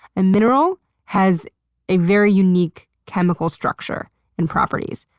a mineral has a very unique chemical structure and properties,